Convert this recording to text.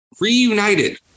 Reunited